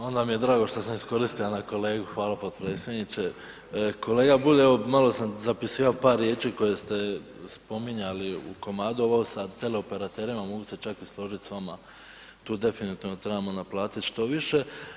A jel, aha onda mi je drago što sam iskoristio na kolegu, hvala potpredsjedniče, kolega Bulj evo malo sam zapisivao par riječi koje ste spominjali u komadu ovo sa teleoperaterima mogu se čak i složit s vama tu definitivno trebamo naplati što više.